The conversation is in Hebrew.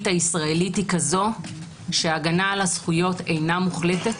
הישראלית היא כזו שהגנה על הזכויות אינה מוחלטת.